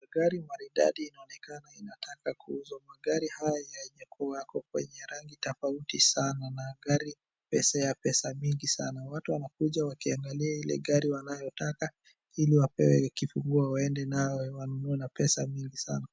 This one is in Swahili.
Gali maridadi inaonekana inataka kuuzwa. Magari haya yako kwenye rangi tofauti sana na gari linamezea pesa mingi sana. Watu wanakuja wakiangalia gali wanaotaka ili wapewe kifunguo waende nayo wanunue na pesa mingi sana.